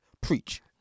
Preach